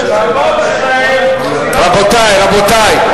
רבותי, רבותי.